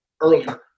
earlier